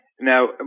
now